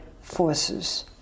forces